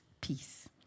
peace